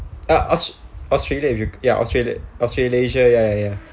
ah aus~ australia you ya australia australasia ya ya